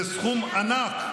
זה סכום ענק,